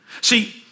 See